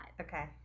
okay